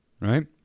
Right